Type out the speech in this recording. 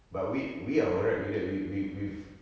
but we we are alright with that we~ we've we've